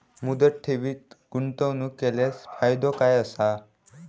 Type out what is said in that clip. मुदत ठेवीत गुंतवणूक केल्यास फायदो काय आसा?